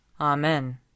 Amen